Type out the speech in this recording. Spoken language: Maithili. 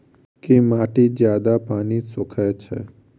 केँ माटि जियादा पानि सोखय छै?